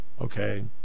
okay